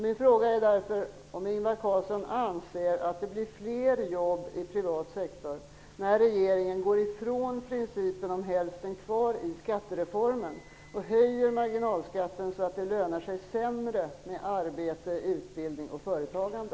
Min fråga är därför om Ingvar Carlsson anser att det blir fler jobb i privat sektor när regeringen går ifrån principen om hälften kvar i skattereformen och höjer marginalskatten så att det lönar sig sämre med arbete, utbildning och företagande.